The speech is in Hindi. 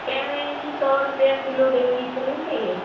कह रहे हैं कि सौ रुपया किलो देंगी तो नहीं चाहिए